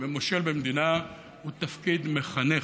ומושל במדינה הוא תפקיד מחנך,